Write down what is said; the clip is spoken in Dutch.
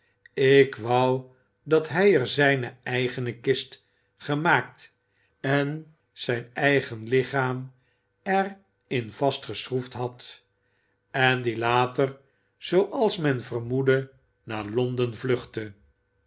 ik wou dat hij er zijne eigene kist gemaakt en zijn eigen lichaam er in vastgeschroefd had en die later zooals men vermoedde naar londen vluchtte